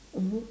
mmhmm